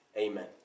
amen